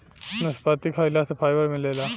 नसपति खाइला से फाइबर मिलेला